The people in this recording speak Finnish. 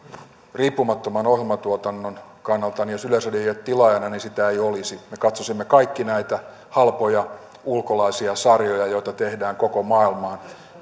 riippumattoman ohjelmatuotannon kannalta jos yleisradio ei ole tilaajana niin niitä ei olisi me katsoisimme kaikki niitä halpoja ulkolaisia sarjoja joita tehdään koko maailmaan